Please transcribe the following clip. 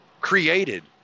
created